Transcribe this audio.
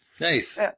nice